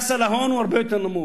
המס על ההון הוא הרבה יותר נמוך.